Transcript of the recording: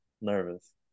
nervous